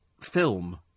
film